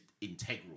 integral